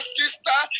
sister